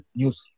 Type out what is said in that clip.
news